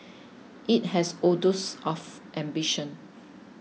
it has oodles of ambition